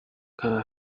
car